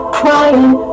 crying